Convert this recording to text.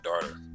daughter